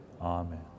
amen